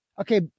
Okay